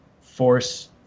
force